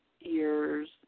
ears